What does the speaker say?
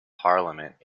parliament